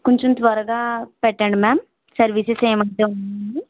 కొంచెం త్వరగా పెట్టండి మ్యామ్ సర్వీసెస్ ఏమొద్దు